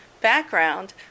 background